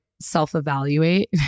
Self-evaluate